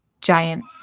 giant